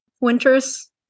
winters